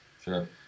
Sure